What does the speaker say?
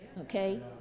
okay